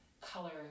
color